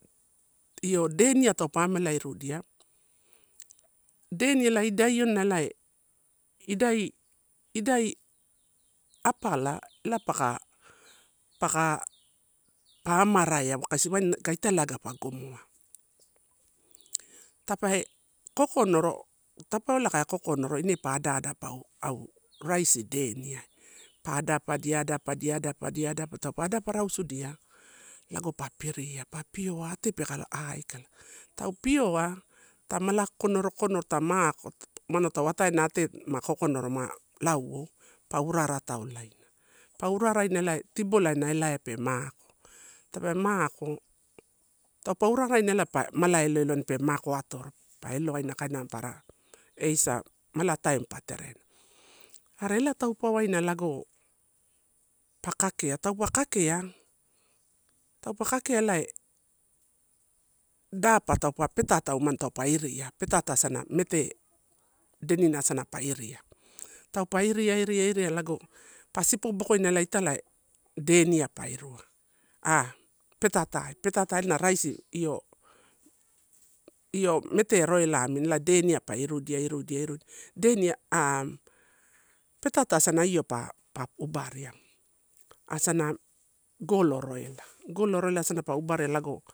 Io denia taupe amela irudia, deni elai idai iona elae, idai, idai apala lapaka paka amaraea kaisi waini ga itali pa gomoa. Tape kokonoro, tapeuwaela pe kokonoro ine pa ada ada paeu au raisi deniai pa adapadia, adapadia, adapadia, adapadia, taupe adapa rausu dia, lago pa piria, pa pioa atepeka aikala. Tau pioa ta mala kokonoro, kokonoro ta mako umano tau ataena ate ma kokonoro ma lauou pa urarai taulaina pa uraraina ela tibola ana elaia pe mako, tape mako, taupe uraraina elapa mala elo elo waina pe mako atorod, pa elo waina kaina bara eisa mala taim pa terena. Are ela taupe waina lago pa kakea, taupe takea, taupe kakea elae dapa taupe, petata umada taupe iria, peta ta asana mete denina asana pa iria. Taupa iria, irria lago pa sipo bokoina italai denia pa irua. Ah petatai petata ena raisi io io mete roila amini pa irudia, irudia irudia, deni am petata asana io pa, pa obaria asana golo roila, golo roila asana pa obaria lago